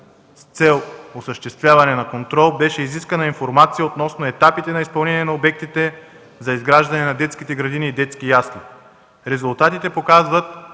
с цел осъществяване на контрол беше изискана информация относно етапите на изпълнение на обектите за изграждане на детските градини и детски ясли. Резултатите показват,